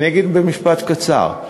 אני אגיד במשפט קצר: